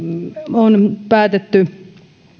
on päätetty